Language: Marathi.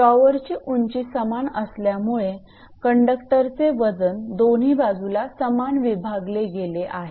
टॉवरची उंची समान असल्यामुळे कंडक्टरचे वजन दोन्ही बाजूला समान विभागले गेले आहे